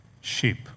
sheep